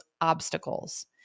obstacles